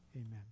amen